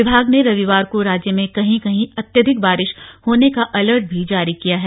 विभाग ने रविवार को राज्य में कहीं कहीं अत्यधिक भारी बारिश होने का अलर्ट भी जारी किया है